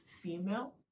female